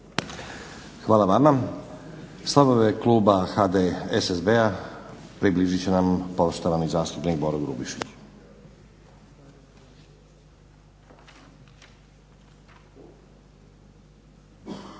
Hvala vama. Stavove kluba HDSSB-a približit će nam poštovani zastupnik Boro Grubišić.